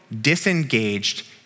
disengaged